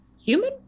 human